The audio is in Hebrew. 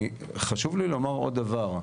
חשוב לי לומר עוד דבר,